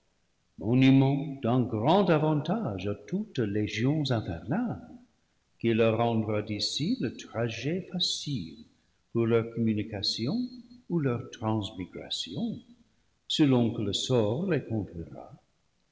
monument d'un grand avantage à toutes légions infernales qui leur rendra d'ici le trajet facile pour leur communication ou leur transmigration selon que le sort